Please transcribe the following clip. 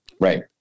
Right